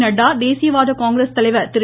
நட்டா தேசியவாத காங்கிரஸ் தலைவர் திரு